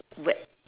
w~